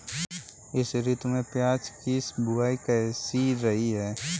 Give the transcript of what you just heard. इस ऋतु में प्याज की बुआई कैसी रही है?